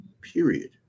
period